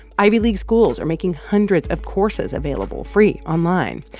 ivy league schools are making hundreds of courses available free online.